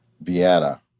Vienna